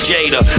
Jada